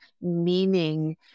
meaning